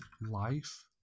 life